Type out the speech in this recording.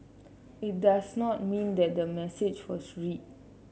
it does not mean that the message was read